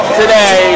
today